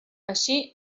així